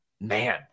man